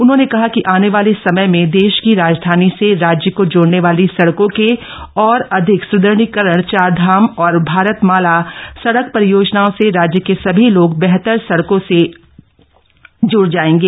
उन्होंने कहा कि आने वाले समय में देश की राजधानी से राज्य को जोड़ने वाली सड़कों के और अधिक सुदृढ़ीकरण चारधाम और भारतमाला सड़क परियोजनाओं से राज्य के सभी लोग बेहतर सड़कों से जुड़ जायेंगे